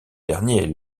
dernier